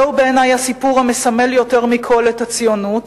זהו בעיני הסיפור המסמל יותר מכול את הציונות